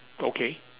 okay